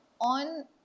on